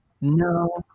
no